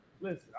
Listen